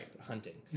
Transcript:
hunting